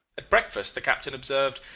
at breakfast the captain observed,